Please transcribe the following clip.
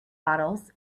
bottles